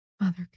Mother